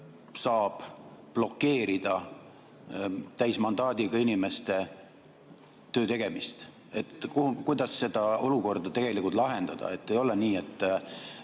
saab blokeerida täismandaadiga inimeste töö tegemist. Kuidas seda olukorda tegelikult lahendada, et ei oleks nii, et